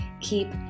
keep